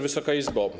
Wysoka Izbo!